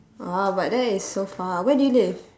!wah! but that is so far where do you live